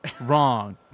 wrong